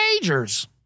majors